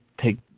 take